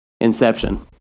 inception